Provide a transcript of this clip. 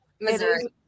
missouri